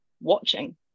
watching